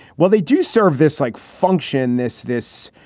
well, they do serve this like function. this this,